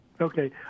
Okay